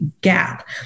gap